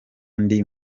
ndi